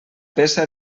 peça